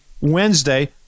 Wednesday